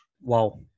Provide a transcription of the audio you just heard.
Wow